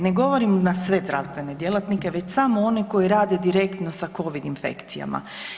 Ne govorim na sve zdravstvene djelatnike već samo one koji rade direktno sa COVID infekcijama.